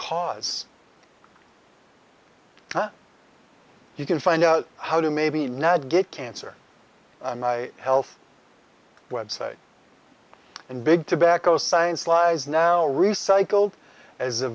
cause you can find out how to maybe not get cancer and i health website and big tobacco science lies now recycled as